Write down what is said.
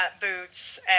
boots